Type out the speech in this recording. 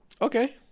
Okay